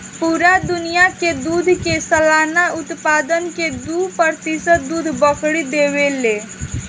पूरा दुनिया के दूध के सालाना उत्पादन के दू प्रतिशत दूध बकरी देवे ले